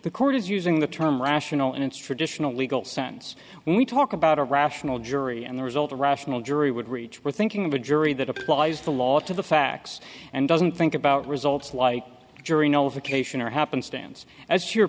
the court is using the term rational in its traditional legal sense when we talk about a rational jury and the result a rational jury would reach we're thinking of a jury that applies the law to the facts and doesn't think about results like jury nullification or happenstance as your